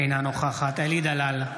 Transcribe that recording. אינה נוכחת אלי דלל,